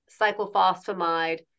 cyclophosphamide